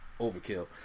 overkill